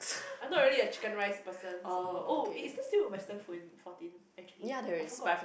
I'm not really a chicken rice person so oh is there still a western food in fourteen actually I forgot